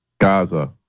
Gaza